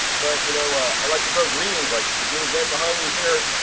but, you know, i like to grow greens! like the greens right behind me here,